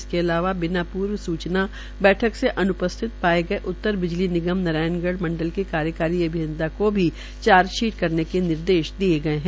इसके अलावा बिना पूर्व सूचना बैठक से अन्पस्थित पाये पाये गये उत्तर बिजली निगम नारायणगढ़ के कार्यकारी अभियंता को भी चार्जशीट करने के निर्देश दिये गये है